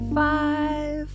five